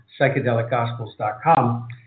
psychedelicgospels.com